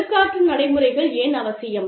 ஒழுக்காற்று நடைமுறைகள் ஏன் அவசியம்